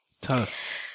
tough